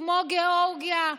כמו גיאורגיה.